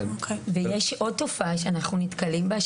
יש עוד תופעה שאנחנו נתקלים בה.